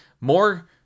more